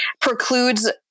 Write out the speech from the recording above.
precludes